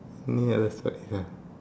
any other stories ah